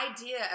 idea